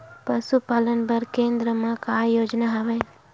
पशुपालन बर केन्द्र म का योजना हवे?